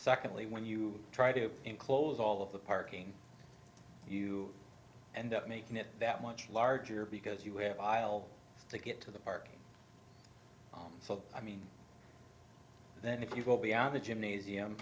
secondly when you try to enclose all of the parking you end up making it that much larger because you have aisle to get to the park so i mean that if you go beyond the gymnasium